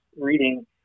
reading